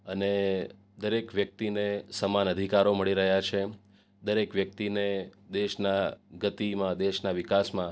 અને દરેક વ્યક્તિને સમાન અધિકારો મળી રહ્યા છે દરેક વ્યક્તિને દેશના ગતિમાં દેશના વિકાસમાં